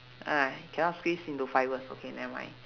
ah cannot squeeze into five words okay nevermind